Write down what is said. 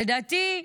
לדעתי,